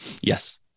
Yes